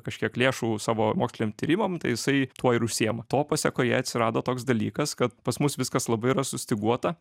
kažkiek lėšų savo moksliniam tyrimam tai jisai tuo ir užsiima to pasekoje atsirado toks dalykas kad pas mus viskas labai yra sustyguota